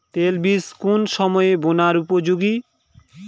তৈলবীজ কোন সময়ে বোনার উপযোগী?